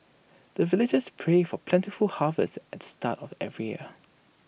the villagers pray for plentiful harvest at the start of every year